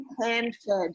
hand-fed